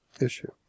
issue